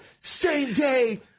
same-day